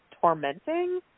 tormenting